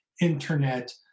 internet